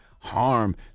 harm